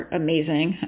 amazing